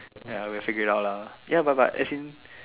ya I will figure out lah ya but but as in